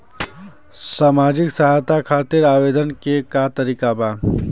सामाजिक सहायता खातिर आवेदन के का तरीका बा?